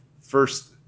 first